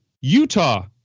Utah